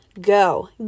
go